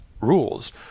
rules